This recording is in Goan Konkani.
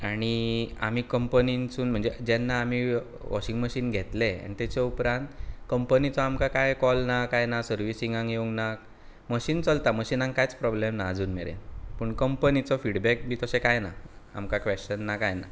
आनी आमी कंपनीनसून म्हणजें जेन्ना आमी वॉशींग मशीन घेतलें आनी तेचे उपरांत कंपनीचो आमकां कांय काॅल ना कांय ना सर्विसिंगाक येवंक ना मशीन चलता मशीनाक कायच प्रोब्लम येवंक ना अजून मेरेन पूण कंपनीचो फिडबेक बी कांय ना आमकां क्वेशन बी कांय ना